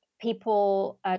People